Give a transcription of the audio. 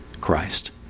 Christ